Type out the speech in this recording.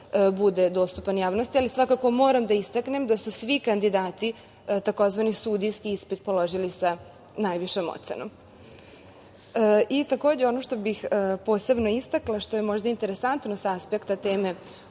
bude dostupan javnosti, ali svakako moram da istaknem da su svi kandidati tzv. sudijski ispit, položili sa najvišom ocenom. Takođe, ono što bih posebno istakla što je možda interesantno sa aspekta teme